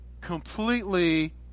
completely